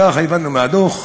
ככה הבנו מהדוח,